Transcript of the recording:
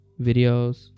videos